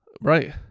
Right